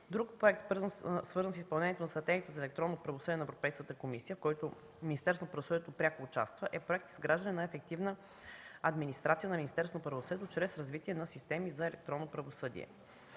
Друг проект, свързан с изпълнението на Стратегията за електронно правосъдие на Европейската комисия, в който Министерството на правосъдието пряко участва, е проектът „Изграждане на ефективна администрация на Министерството на правосъдието чрез развитие на системи за електронно правосъдие”.